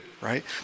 right